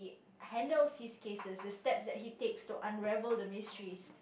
handles his cases the steps that he takes to unravel the mysteries